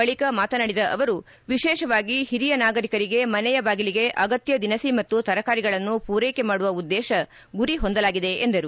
ಬಳಿಕ ಮಾತನಾಡಿದ ಅವರು ವಿಶೇಷವಾಗಿ ಹಿರಿಯ ನಾಗರಿಕರಿಗೆ ಮನೆಯ ಬಾಗಿಲಿಗೆ ಆಗತ್ಯ ದಿನಸಿ ಮತ್ತು ತರಕಾರಿಗಳನ್ನು ಪೂರೈಕೆ ಮಾಡುವ ಉದ್ದೇಶ ಗುರಿ ಹೊಂದಲಾಗಿದೆ ಎಂದರು